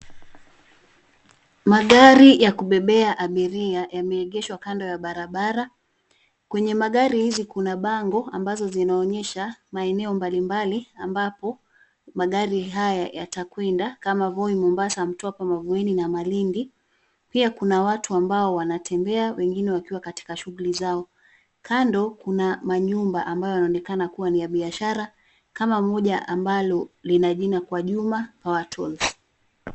Magari ya kubebea abiria yameegeshwa kando ya barabara. Kwenye magari hizi kuna bango ambazo zinaonyesha maeneo mbalimbali ambapo magari haya yatakwenda kama Voi, Mombassa, Mtwapa, Mavueni na Malindi. Pia kuna watu ambao wanatembea wengine wakiwa katika shughuli zao. Kando kuna manyumba ambayo yanaonekana kua ni ya biashara kama moja ambalo lina jina kwa Juma Watos